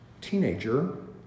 teenager